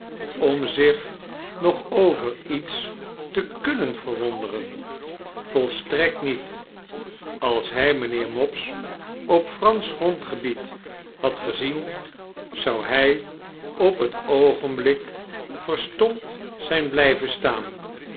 om zich nog over iets te kunnen verwonderen volstrekt niet als hij mynheer mopes op eransch grondgebied had gezien zou hy op het oogenblik verstomd zyn blijven staan